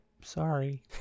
Sorry